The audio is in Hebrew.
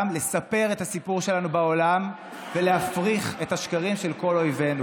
לספר את הסיפור שלנו בעולם ולהפריך את השקרים של כל אויבינו,